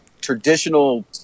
traditional